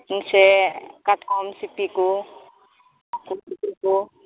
ᱠᱟᱴᱠᱚᱢ ᱥᱤᱯᱤ ᱠᱚ ᱩᱞ ᱥᱤᱯᱤ ᱠᱚ